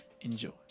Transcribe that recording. enjoy